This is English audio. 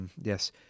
Yes